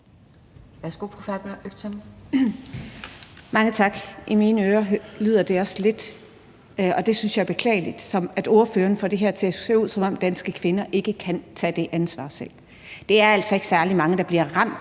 Kl. 12:02 Fatma Øktem (V): Mange tak. I mine ører det lyder det lidt – og det synes jeg er beklageligt – som om ordføreren får det til at se ud, som om danske kvinder ikke selv kan tage det ansvar. Der er altså ikke særlig mange, der bliver ramt